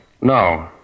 No